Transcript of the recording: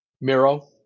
Miro